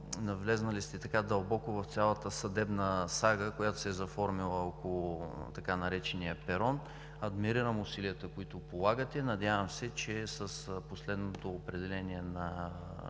Навлезли сте дълбоко в цялата съдебна сага, която се е заформила около така наречения „перон“. Адмирирам усилията, които полагате. Надявам се, че с последното определение на